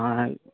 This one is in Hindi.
हाँ